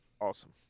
Awesome